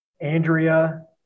Andrea